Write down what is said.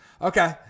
okay